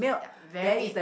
ya very